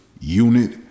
unit